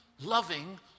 loving